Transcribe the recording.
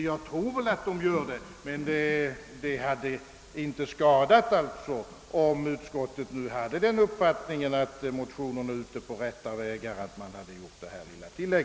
Jag tror väl, att de gör det, men det hade inte skadat — om utskottet nu hade den uppfattningen att motionärerna är inne på rätta vägar — att göra detta lilla tillägg.